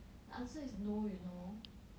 the answer is no you know